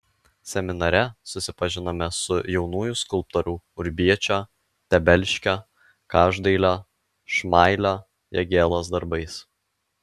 seminare susipažinome su jaunųjų skulptorių urbiečio tebelškio každailio šmailio jagėlos darbais